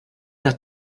nach